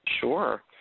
Sure